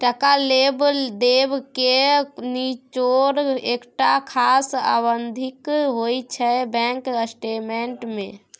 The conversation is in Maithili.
टका लेब देब केर निचोड़ एकटा खास अबधीक होइ छै बैंक स्टेटमेंट मे